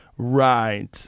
Right